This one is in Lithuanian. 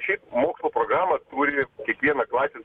šiaip mokslo programa turi kiekviena klasė